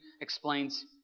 explains